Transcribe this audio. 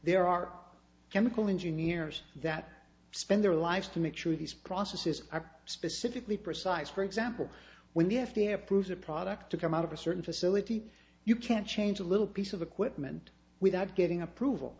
there are chemical engineers that spend their lives to make sure these processes are specifically precise for example when the f d a approves a product to come out of a certain facility you can't change a little piece of equipment without getting approval